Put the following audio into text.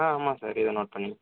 ஆ ஆமாம் சார் இதை நோட் பண்ணிக்கிங்க